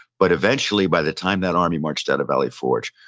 but eventually, by the time that army marched out of valley forge,